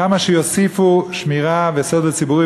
כמה שיוסיפו שמירה וסדר ציבורי,